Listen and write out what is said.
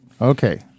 Okay